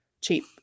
cheap